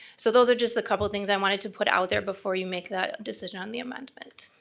so those are just a couple things i wanted to put out there before you make that decision on the amendment.